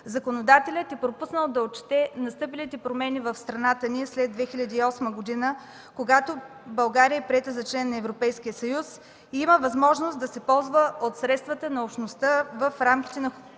Законодателят е пропуснал да отчете настъпилите промени в страната ни след 2008 г., когато България е приета за член на Европейския съюз и има възможност да се ползва от средствата на Общността в рамките на